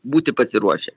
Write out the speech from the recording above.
būti pasiruošę